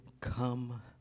come